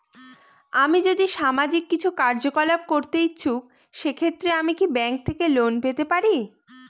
আমি যদি সামাজিক কিছু কার্যকলাপ করতে ইচ্ছুক সেক্ষেত্রে আমি কি ব্যাংক থেকে লোন পেতে পারি?